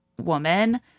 woman